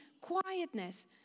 quietness